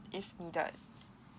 if needed